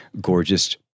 gorgeous